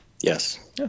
Yes